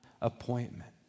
appointment